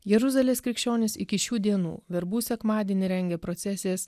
jeruzalės krikščionys iki šių dienų verbų sekmadienį rengia procesijas